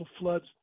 floods